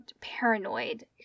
paranoid